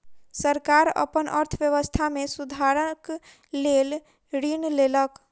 सरकार अपन अर्थव्यवस्था में सुधारक लेल ऋण लेलक